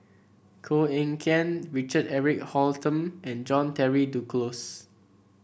Koh Eng Kian Richard Eric Holttum and John Henry Duclos